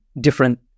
different